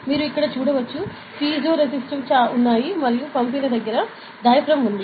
మీరు ఇక్కడ చూడవచ్చు పైజోరేసిటివ్ ఉన్నాయి మరియు పంపిన దగ్గర డయాఫ్రాగమ్ ఉంది